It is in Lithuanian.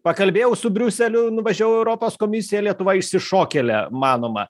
pakalbėjau su briuseliu nuvažiavau į europos komisiją lietuva išsišokėlė manoma